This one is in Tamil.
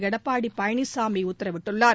எடப்பாடி பழனிச்சாமி உத்தரவிட்டுள்ளார்